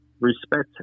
respect